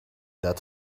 that